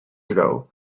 ago